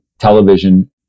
television